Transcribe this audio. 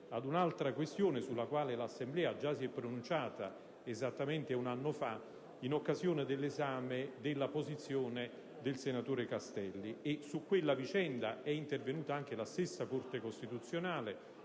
ad un'altra questione sulla quale l'Assemblea già si è pronunciata esattamente un anno fa, in occasione dell'esame della posizione del senatore Castelli. Su quella vicenda è intervenuta la stessa Corte costituzionale